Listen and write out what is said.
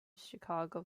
chicago